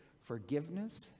forgiveness